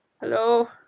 Hello